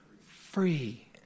Free